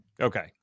Okay